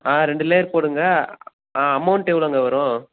ஆ ரெண்டு லேயர் போடுங்க ஆ அமௌண்ட்டு எவ்வளோங்க வரும்